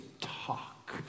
talk